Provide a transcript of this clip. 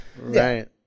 Right